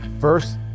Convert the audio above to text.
First